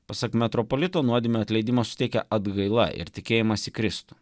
pasak metropolito nuodėmių atleidimo suteikia atgaila ir tikėjimas į kristų